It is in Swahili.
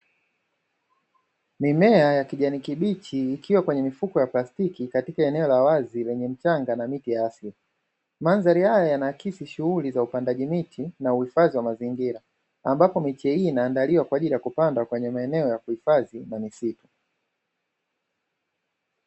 Mimea ya kijani kibichi ikiwa kwenye mifuko ya plastiki katika eneo la wazi lenye mchanga na miti ya asili. Mandhari haya yanaakisi shughuli za upandaji miti na uhifadhi wa mazingira, ambapo miche hii inaandaliwa kwa ajili ya kupandwa kwenye maeneo ya kuhifadhi na misitu.